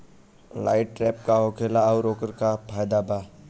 Light trap का होखेला आउर ओकर का फाइदा बा?